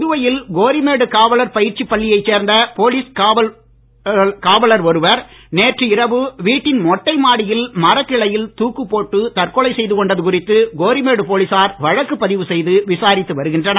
புதுவையில் கோரிமேடு காவலர் பயிற்சி பள்ளியை சேர்ந்த போலீஸ் காவலர் ஒருவர் நேற்று இரவு வீட்டின் மொட்டை மாடியில் மரக்கிளையில் தூக்குப் போட்டு தற்கொலை செய்து கொண்டது குறித்து கோரிமேடு போலீசார் வழக்கு பதிவு செய்து விசாரித்து வருகின்றனர்